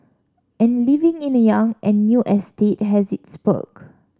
and living in a young and new estate has its perk